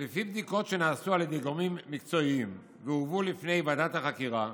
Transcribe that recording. לפי בדיקות שנעשו על ידי גורמים מקצועיים והובאו לפני ועדת החקירה,